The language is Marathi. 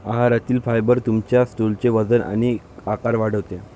आहारातील फायबर तुमच्या स्टूलचे वजन आणि आकार वाढवते